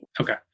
Okay